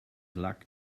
luck